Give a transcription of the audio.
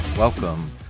Welcome